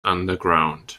underground